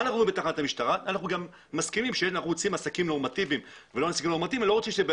אנחנו מסכימים שאנחנו רוצים עסקים נורמטיביים ולא רוצים שבמסעדה